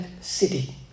city